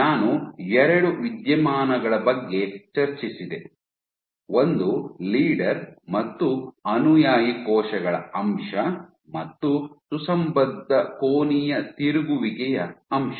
ನಾನು ಎರಡು ವಿದ್ಯಮಾನಗಳ ಬಗ್ಗೆ ಚರ್ಚಿಸಿದೆ ಒಂದು ಲೀಡರ್ ಮತ್ತು ಅನುಯಾಯಿ ಕೋಶಗಳ ಅಂಶ ಮತ್ತು ಸುಸಂಬದ್ಧ ಕೋನೀಯ ತಿರುಗುವಿಕೆಯ ಅಂಶ